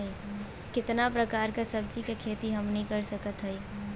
कितना प्रकार के सब्जी के खेती हमनी कर सकत हई?